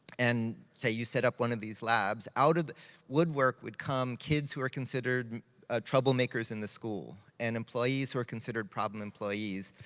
and say, you set up one of these labs, out of the woodwork would come kids who are considered troublemakers in the school, and employees who are considered problem employees.